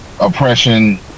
oppression